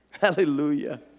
Hallelujah